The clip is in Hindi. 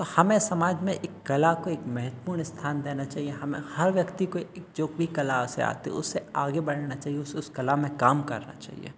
हमें समाज में एक कला को एक महत्वपूर्ण अस्थान देना चाहिए हमें हर व्यक्ति को जो भी कला से आते हैं उससे आगे बढ़ना चाहिए उसे उस कला में काम करना चाहिए